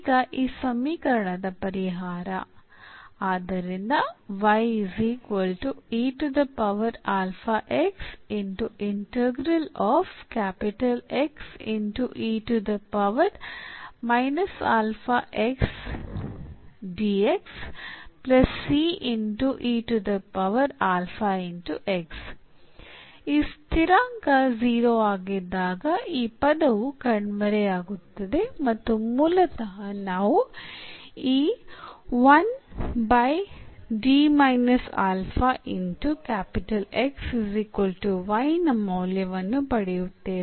ಈಗ ಈ ಸಮೀಕರಣದ ಪರಿಹಾರ ಆದ್ದರಿಂದ ಈ ಸ್ಥಿರಾಂಕ 0 ಆಗಿದ್ದಾಗ ಈ ಪದವು ಕಣ್ಮರೆಯಾಗುತ್ತದೆ ಮತ್ತು ಮೂಲತಃ ನಾವು ಈ y ನ ಮೌಲ್ಯವನ್ನು ಪಡೆಯುತ್ತೇವೆ